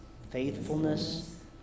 faithfulness